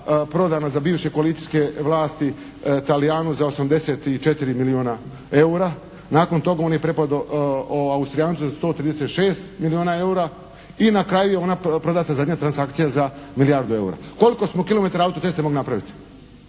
prodana za bivše koalicijske vlasti Talijanu za 84 milijuna eura, nakon toga on je …/Govornik se ne razumije./… Austrijancu za 136 milijuna eura i na kraju je ona prodata zadnja transakcija za milijardu eura. Koliko smo kilometara autoceste mogli napraviti?